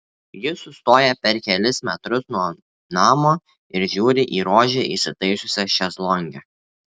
ji sustoja per kelis metrus nuo namo ir žiūri į rožę įsitaisiusią šezlonge